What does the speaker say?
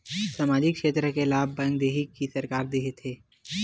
सामाजिक क्षेत्र के लाभ बैंक देही कि सरकार देथे?